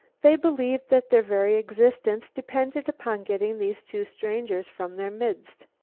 they believed that their very existence depended upon getting these two strangers from their midst.